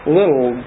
little